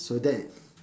so that is